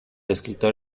escritor